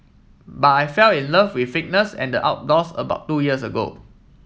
buy I fell in love with fitness and the outdoors about two years ago